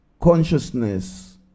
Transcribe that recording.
consciousness